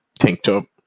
Tanktop